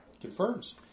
Confirms